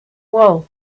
wool